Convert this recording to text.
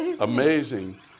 amazing